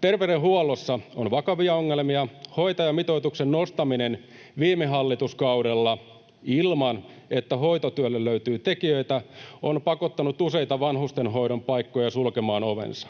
Terveydenhuollossa on vakavia ongelmia. Hoitajamitoituksen nostaminen viime hallituskaudella ilman, että hoitotyölle löytyy tekijöitä, on pakottanut useita vanhustenhoidon paikkoja sulkemaan ovensa.